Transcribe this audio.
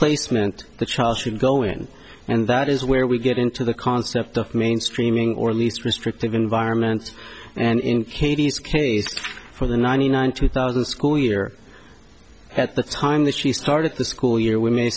placement the child should go in and that is where we get into the concept of mainstreaming or at least restrictive environment and in katie's case for the ninety nine two thousand school year at the time that she started the school year w